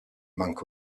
monk